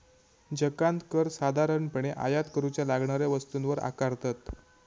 जकांत कर साधारणपणे आयात करूच्या लागणाऱ्या वस्तूंवर आकारतत